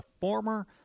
former